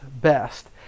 best